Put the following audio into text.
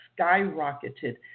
skyrocketed